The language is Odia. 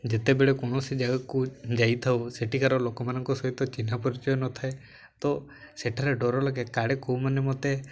ଯେତେବେଳେ କୌଣସି ଜାଗାକୁ ଯାଇଥାଉ ସେଠିକାର ଲୋକମାନଙ୍କ ସହିତ ଚିହ୍ନା ପରିଚୟ ନଥାଏ ତ ସେଠାରେ ଡର ଲାଗେ କାଳେ କେଉଁମାନେ ମତେ